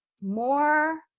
more